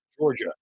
Georgia